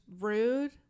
rude